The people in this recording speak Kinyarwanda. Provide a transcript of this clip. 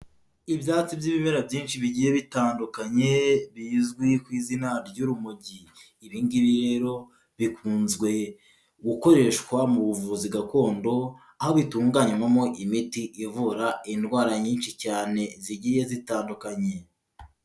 Ibyatsi by'ibimera byinshi bigiye bitandukanye bizwi ku izina ry'urumogi, ibingiibi rero bikunzwe gukoreshwa mu buvuzi gakondo, aho bitunganmo imiti ivura indwara nyinshi cyane zigiye zitandukanye.